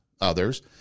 others –